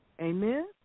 Amen